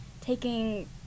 taking